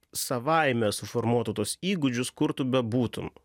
savaime suformuotų tuos įgūdžius kur tu bebūtum